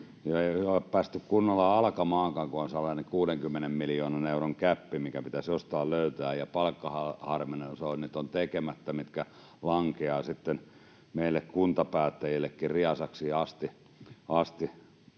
ei ole päässyt kunnolla alkamaankaan, kun on sellainen 60 miljoonan euron gäppi, mikä pitäisi jostain löytää, ja palkkaharmonisoinnit ovat tekemättä, mitkä lankeavat sitten meille kuntapäättäjillekin riesaksi asti.